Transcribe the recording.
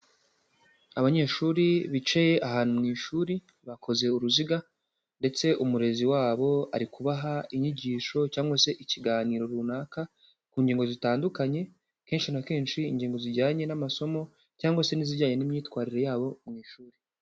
Abanyeshuri bicaye ahantu mu ishuri, bakoze uruziga, ndetse umurezi wabo ari kubaha inyigisho cyangwa se ikiganiro runaka, ku ngingo zitandukanye, kenshi na kenshi ingingo zijyanye n'amasomo cyangwa se n'izijyanye n'imyitwarire yabo mu ishuri.